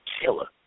killer